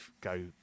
go